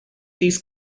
these